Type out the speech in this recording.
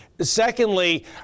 Secondly